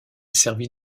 servit